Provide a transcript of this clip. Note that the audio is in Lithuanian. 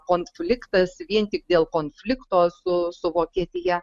konfliktas vien tik dėl konflikto su usvokietija